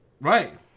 Right